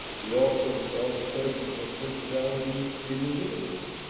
we also saw the presence of personality in the universe.